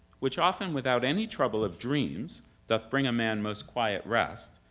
which often without any trouble of dreams doth bring a man most quiet rest,